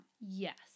Yes